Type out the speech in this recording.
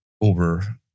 over